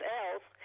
else